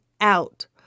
out